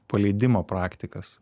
paleidimo praktikas